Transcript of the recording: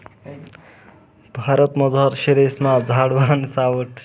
भारतमझारला शेरेस्मा झाडवान सावठं शे